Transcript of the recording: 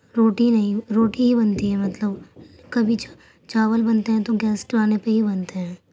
روٹی نہیں روٹی ہی بنتی ہے مطلب کبھی چاول بنتے ہیں تو گیسٹ آنے پہ ہی بنتے ہیں